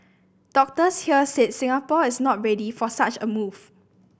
doctors here said Singapore is not ready for such a move